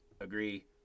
agree